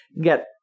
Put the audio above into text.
Get